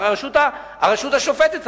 הרשות השופטת.